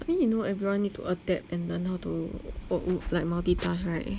I mean you know everyone need to adapt and learn how to like multitask right